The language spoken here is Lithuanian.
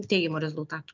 teigiamų rezultatų